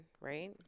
right